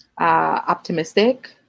optimistic